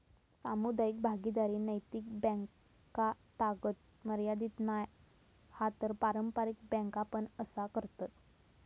सामुदायिक भागीदारी नैतिक बॅन्कातागत मर्यादीत नाय हा तर पारंपारिक बॅन्का पण असा करतत